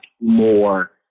more